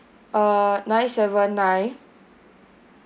uh nine seven nine